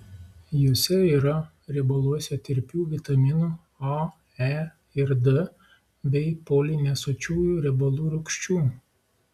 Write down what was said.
juose yra riebaluose tirpių vitaminų a e ir d bei polinesočiųjų riebalų rūgščių